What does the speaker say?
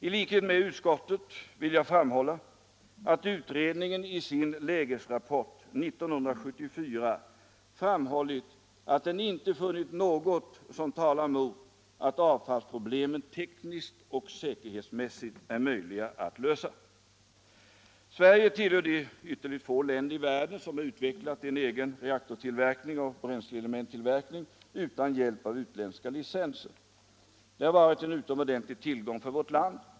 I likhet med utskottet vill jag framhålla att utredningen i sin lägesrapport 1974 inte har funnit något som talar mot att avfallsproblemen tekniskt och säkerhetsmässigt är möjliga att lösa. Sverige tillhör de ytterligt få länder i världen som har utvecklat en egen reaktortillverkning och bränsleelementtillverkning utan hjälp av utländska licenser. Det har varit en utomordentlig tillgång för vårt land.